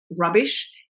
rubbish